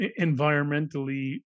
environmentally